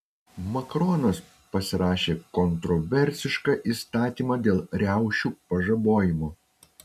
makronas pasirašė kontroversišką įstatymą dėl riaušių pažabojimo